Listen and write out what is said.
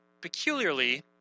peculiarly